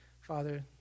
Father